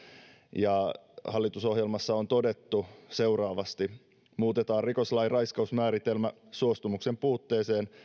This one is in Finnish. ja hallitusohjelmassa on todettu seuraavasti muutetaan rikoslain raiskausmääritelmä suostumuksen puutteeseen